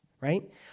right